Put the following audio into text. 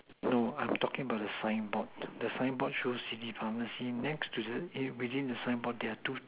no I'm talking about the sign board the sign board shows city pharmacy next to the eh within the sign board there are two